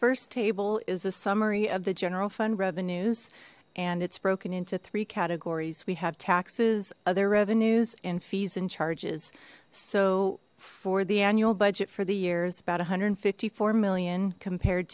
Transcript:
first table is a summary of the general fund revenues and it's broken into three categories we have taxes other revenues and fees and charges so for the annual budget for the years about one hundred and fifty four million compared